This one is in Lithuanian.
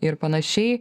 ir panašiai